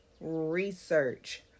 research